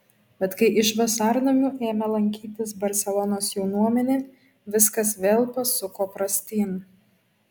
bet kai iš vasarnamių ėmė lankytis barselonos jaunuomenė viskas vėl pasuko prastyn